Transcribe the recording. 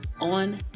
on